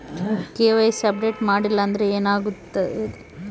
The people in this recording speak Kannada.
ಕೆ.ವೈ.ಸಿ ಅಪ್ಡೇಟ್ ಮಾಡಿಲ್ಲ ಅಂದ್ರೆ ಏನಾಗುತ್ತೆ?